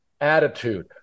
attitude